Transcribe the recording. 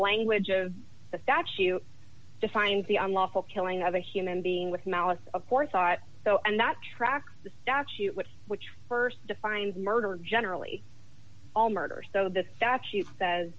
language of the statue defines the unlawful killing of a human being with malice aforethought so and that tracks the statute which which st defines murder and generally all murder so the statute says